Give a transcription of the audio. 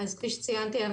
כפי שציינתי,